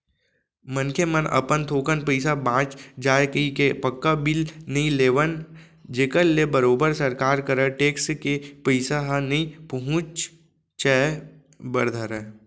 मनखे मन अपन थोकन पइसा बांच जाय कहिके पक्का बिल नइ लेवन जेखर ले बरोबर सरकार करा टेक्स के पइसा ह नइ पहुंचय बर धरय